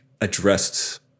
addressed